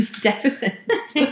deficits